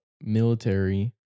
military